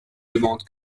demande